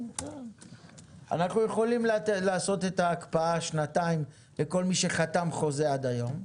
אנחנו מסכימים לעשות את ההקפאה לשנתיים למי שהתחבר עד היום,